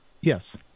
Yes